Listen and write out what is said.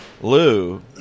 lou